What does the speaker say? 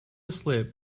slip